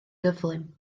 gyflym